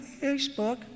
Facebook